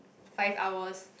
five hours